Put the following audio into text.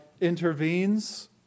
intervenes